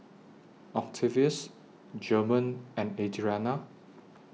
Octavius German and Adrianna